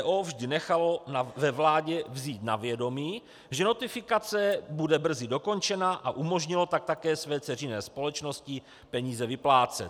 MPO vždy nechalo ve vládě vzít na vědomí, že notifikace bude brzy dokončena, a umožnilo tak také své dceřiné společnosti peníze vyplácet.